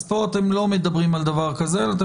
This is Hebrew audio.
פה אתם לא מדברים על דבר כזה אלא אתם